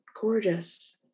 gorgeous